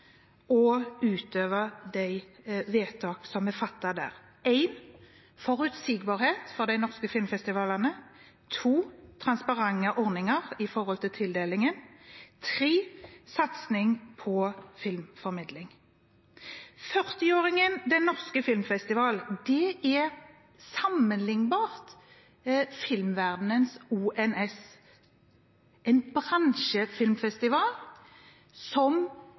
å utøve de vedtak som er fattet der: forutsigbarhet for de norske filmfestivalene transparente ordninger når det gjelder tildelingen satsing på filmformidling Den norske filmfestivalen er over 40 år og er sammenlignbar med filmverdenens ONS, en bransjefilmfestival som er en nasjonal og internasjonal filmfestival som